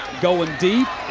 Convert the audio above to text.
going deep.